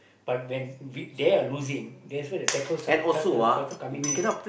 but when we they are losing that's where the tackle started started coming in